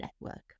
network